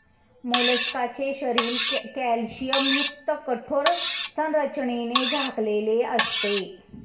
मोलस्काचे शरीर कॅल्शियमयुक्त कठोर संरचनेने झाकलेले असते